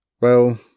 Well